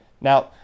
Now